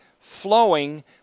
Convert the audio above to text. flowing